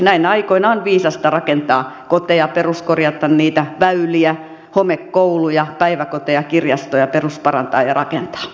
näinä aikoina on viisasta rakentaa koteja peruskorjata niitä väyliä homekouluja päiväkoteja kirjastoja perusparantaa ja rakentaa